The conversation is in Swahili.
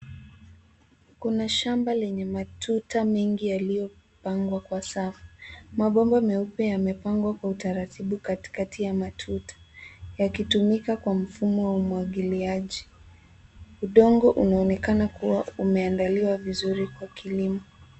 Kuna shamba yenye matuta mengi yaliyopangwa kwa safu. Mabomba meupe yamepangwa kwa utaratibu katikati ya matuta yakitumika kwa mfumo wa umwangiliaji. Udongo unaonekana kuwa umeandaliwa vizuri kwa kilimo.